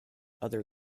other